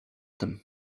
tym